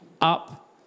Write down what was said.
up